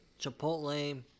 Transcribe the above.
Chipotle